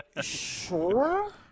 sure